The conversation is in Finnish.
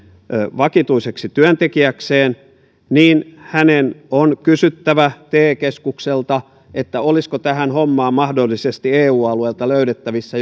vakituiseksi työntekijäkseen niin hänen on kysyttävä te keskukselta olisiko tähän hommaan mahdollisesti eu alueelta löydettävissä